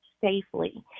safely